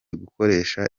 gukoresha